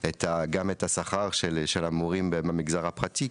גם את השכר של המורים במגזר הפרטי,